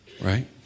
Right